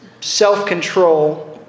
self-control